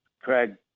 Craig